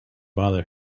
bother